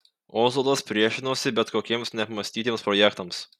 ozolas priešinosi bet kokiems neapmąstytiems projektams